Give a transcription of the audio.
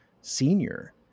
senior